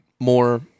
more